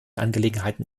angelegenheiten